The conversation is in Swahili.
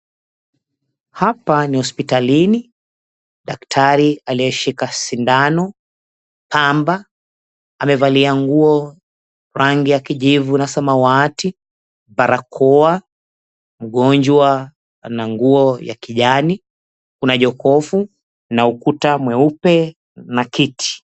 Hapa ni hospitalini, daktari aliyeshika sindano, pamba, amevalia nguo rangi ya kijivu na samawati, barakoa ,mgonjwa na nguo ya kijani. Kuna jokofu na ukuta mweupe na kiti.